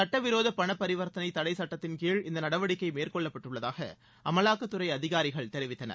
சட்டவிரோத பணப்பரிவர்த்தளை தளடக்சட்டத்திள்கீழ் இந்த நடவடிக்கை மேற்கொள்ளப்பட்டுள்ளதாக அமலாக்கத்துறை அதிகாரிகள் தெரிவித்தனர்